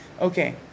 Okay